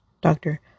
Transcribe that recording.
Doctor